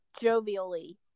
jovially